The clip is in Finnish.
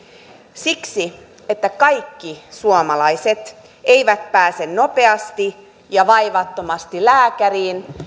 siksi että kaikki suomalaiset eivät pääse nopeasti ja vaivattomasti lääkäriin